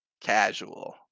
casual